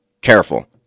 careful